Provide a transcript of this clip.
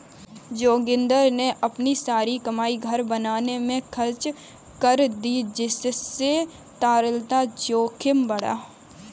जोगिंदर ने अपनी सारी कमाई घर बनाने में खर्च कर दी जिससे तरलता जोखिम बढ़ा